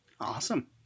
Awesome